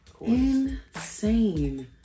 insane